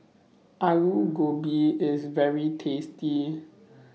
Alu Gobi IS very tasty